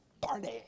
party